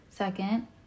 second